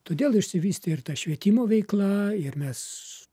todėl išsivystė ir ta švietimo veikla ir mes